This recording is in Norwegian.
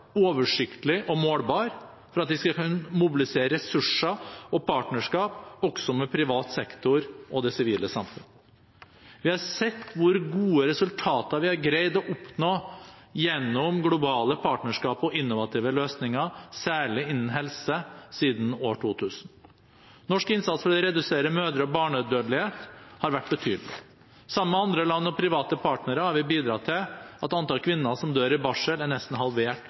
og målbare for at de skal kunne mobilisere ressurser og partnerskap også med privat sektor og det sivile samfunnet. Vi har sett hvor gode resultater vi har greid å oppnå gjennom globale partnerskap og innovative løsninger, særlig innen helse, siden år 2000. Norsk innsats for å redusere mødre- og barnedødelighet har vært betydelig. Sammen med andre land og private partnere har vi bidratt til at antall kvinner som dør i barsel, er nesten halvert